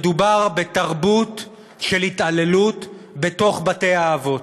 מדובר בתרבות של התעללות בתוך בתי-האבות.